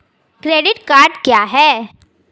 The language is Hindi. क्रेडिट कार्ड क्या है?